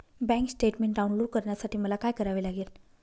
Bank statement download करण्यासाठी मला काय करावे लागेल?